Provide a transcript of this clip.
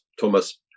Thomas